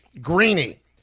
greenie